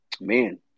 Man